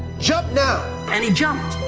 jump now. and he jumped.